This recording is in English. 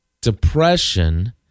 depression